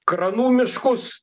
kranų miškus